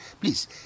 Please